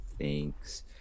thanks